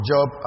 Job